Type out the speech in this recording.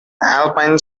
alpine